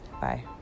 Bye